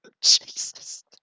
Jesus